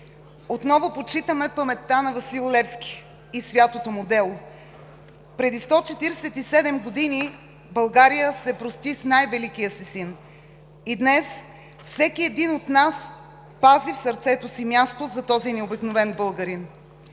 Отново почитаме паметта на Васил Левски и святото му дело. Преди 147 години България се прости с най-великия си син. И днес всеки един от нас пази в сърцето си място за този необикновен българин.